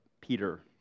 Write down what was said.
Peter